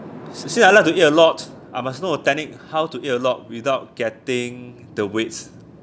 since I like to eat a lot I must know a technique how to eat a lot without getting the weights